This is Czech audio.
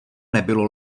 nebylo